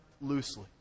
loosely